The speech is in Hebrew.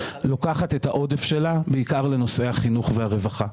לוקחת את העודף שלה בעיקר לנושאי החינוך והרווחה.